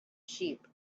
sheep